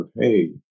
hey